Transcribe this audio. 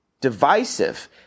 divisive